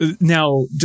Now